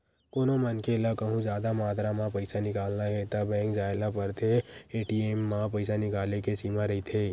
कोनो मनखे ल कहूँ जादा मातरा म पइसा निकालना हे त बेंक जाए ल परथे, ए.टी.एम म पइसा निकाले के सीमा रहिथे